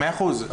מאה אחוז,